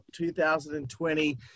2020